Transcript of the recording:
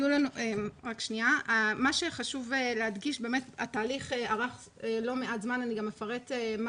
מה שחשוב להדגיש הוא שהתהליך ארך לא מעט זמן אפרט גם